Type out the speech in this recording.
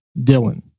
Dylan